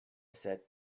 said